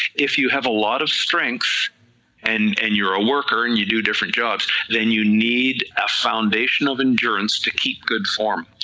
if you have a lot of strength and and your ah work and you do different jobs, then you need a foundation of endurance to keep good form,